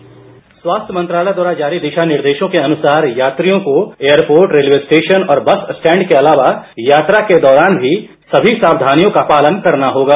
bite स्वास्थ्य मंत्रालय द्वारा जारी दिशा निर्देशों के अनुसार यात्रियों को एयरपोर्ट रेलवे स्टेशन और बस स्टेंड के अलावा यात्रा के दौरान भी समी सावधानियों का पालन करना होगा